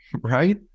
right